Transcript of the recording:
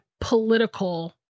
political